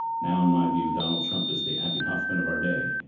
now in my view, donald trump is the abbie hoffman of our day.